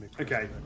Okay